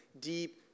deep